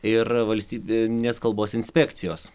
ir valstybinės kalbos inspekcijos